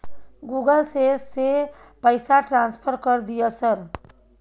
Google से से पैसा ट्रांसफर कर दिय सर?